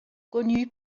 connu